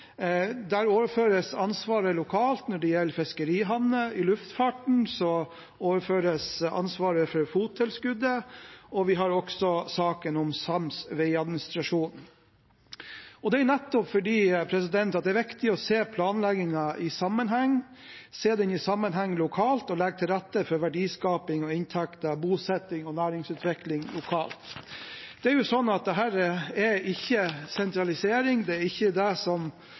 Der overføres ansvaret lokalt når det gjelder fiskerihavner. I luftfarten overføres ansvaret for FOT-tilskuddet, og vi har også saken om sams veiadministrasjon. Det er nettopp fordi det er viktig å se planleggingen i sammenheng, se den i sammenheng lokalt og legge til rette for verdiskaping, inntekter, bosetting og næringsutvikling lokalt. Dette er ikke sentralisering, det er ikke det regjeringen legger opp til, men det er utrolig hva som